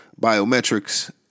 biometrics